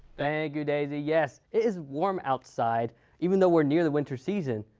thank you daisy, yes it is warm outside even though we're near the winter season,